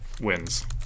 Wins